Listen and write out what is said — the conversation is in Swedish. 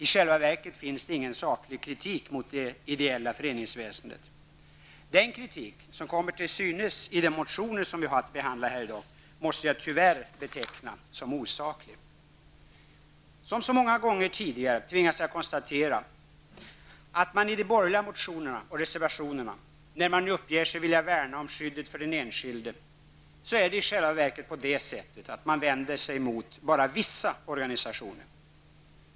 I själva verket finns det ingen saklig kritik mot det ideella föreningsväsendet. Den kritik som kommer till synes i de motioner som vi har att behandla här i dag måste jag tyvärr beteckna som osaklig. Som så många gånger tidigare tvingas jag konstatera att man i de borgerliga motionerna och reservationerna när man uppger sig vilja värna om skyddet för den enskilde, i själva verket vänder sig emot bara vissa organisationer.